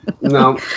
No